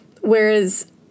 whereas